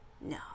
no